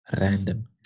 random